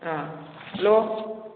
hello